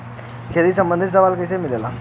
खेती संबंधित सलाह कैसे मिलेला?